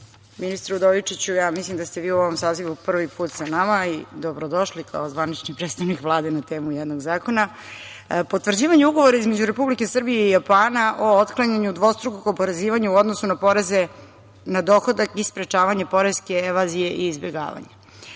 ministre Udovičiću, ja mislim da ste vi u ovom sazivu prvi put sa nama i dobrodošli kao zvanični predstavnik Vlade na temu jednog zakona, potvrđivanje ugovora između Republike Srbije i Japana o otklanjanju dvostrukog oporezivanja u odnosu na poreze na dohodak i sprečavanju poreske evazije i izbegavanja. Ja